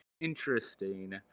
interesting